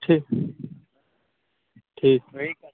ठीक ठीक